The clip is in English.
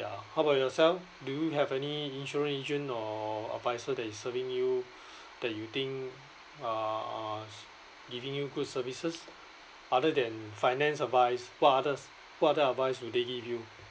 ya how about yourself do you have any insurance agent or advisor that is serving you that you think uh uh s~ giving you good services other than finance advice what others what other advice do they give you